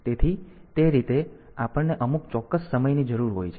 તેથી તે રીતે આપણને અમુક ચોક્કસ સમયની જરૂર હોય છે